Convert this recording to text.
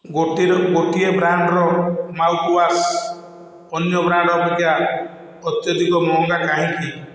ଗୋଟିଏ ଗୋଟିଏ ବ୍ରାଣ୍ଡ୍ର ମାଉଥ୍ୱାଶ୍ ଅନ୍ୟ ବ୍ରାଣ୍ଡ୍ ଅପେକ୍ଷା ଅତ୍ୟଧିକ ମହଙ୍ଗା କାହିଁକି